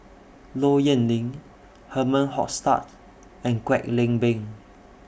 Low Yen Ling Herman Hochstadt and Kwek Leng Beng